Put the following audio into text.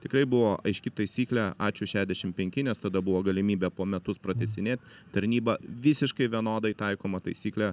tikrai buvo aiški taisyklė ačiū šešiasdešim penki nes tada buvo galimybė po metus pratęsinėt tarnybą visiškai vienodai taikoma taisyklė